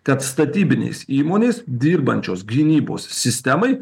kad statybinės įmonės dirbančios gynybos sistemai